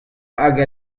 hag